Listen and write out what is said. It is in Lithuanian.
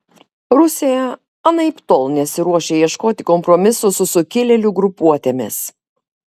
rusija anaiptol nesiruošia ieškoti kompromisų su sukilėlių grupuotėmis